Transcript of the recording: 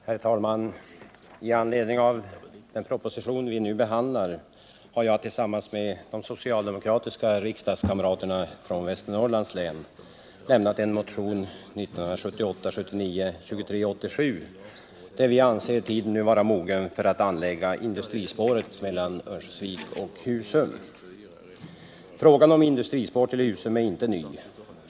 Herr talman! I anledning av den proposition som vi nu behandlar har jag tillsammans med de socialdemokratiska riksdagskamraterna från Västernorrlands län väckt motionen 2387, i vilken vi framför åsikten att tiden nu är mogen för att anlägga industrispåret mellan Örnsköldsvik och Husum. Frågan om industrispår till Husum är inte ny.